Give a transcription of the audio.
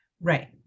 Right